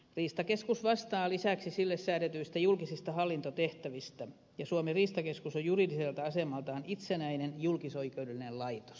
riistakeskus vastaa lisäksi sille säädetyistä julkisista hallintotehtävistä ja suomen riistakeskus on juridiselta asemaltaan itsenäinen julkisoikeudellinen laitos